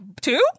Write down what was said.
two